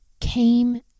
came